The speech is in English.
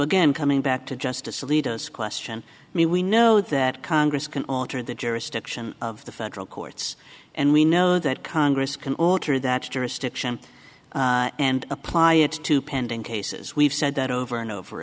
again coming back to justice leaders question i mean we know that congress can alter the jurisdiction of the federal courts and we know that congress can alter that jurisdiction and apply it to pending cases we've said that over and over